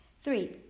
Three